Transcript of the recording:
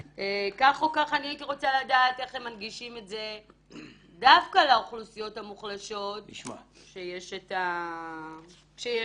מנגישים את זה דווקא לאוכלוסיות המוחלשות כשיש אפליה.